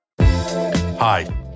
Hi